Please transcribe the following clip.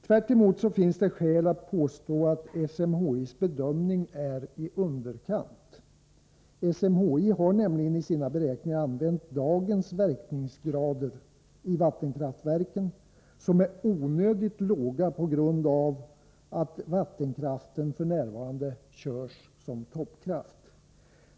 Tvärtemot finns det skäl att påstå att SMHI:s bedömning är i underkant. SMHI har nämligen i sina beräkningar använt dagens verkningsgrader i vattenkraftverken, som är onödigt låga på grund av att vattenkraften f.n. körs som toppkraft.